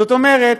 זאת אומרת,